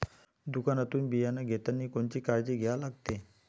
दुकानातून बियानं घेतानी कोनची काळजी घ्या लागते?